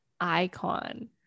icon